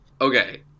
Okay